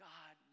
God